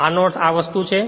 આનો અર્થ આ વસ્તુ છે